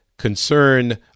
concern